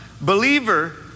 believer